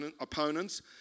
opponents